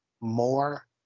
more